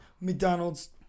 McDonald's